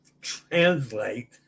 translate